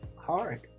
hard